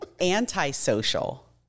antisocial